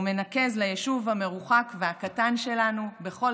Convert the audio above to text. ומנקז ליישוב המרוחק והקטן שלנו בכל